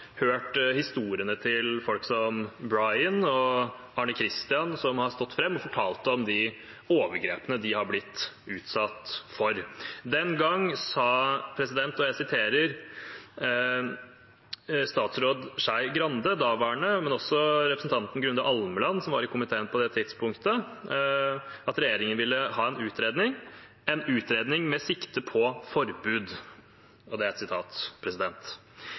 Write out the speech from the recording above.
hørt historiene til folk som Brian og Arne Christian, som har stått fram og fortalt om de overgrepene de har blitt utsatt for. Den gang sa daværende statsråd Skei Grande, men også representanten Grunde Almeland, som var i komiteen på det tidspunktet, at regjeringen ville ha en utredning – en utredning med sikte på forbud.